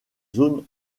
zone